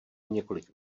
několik